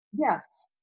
Yes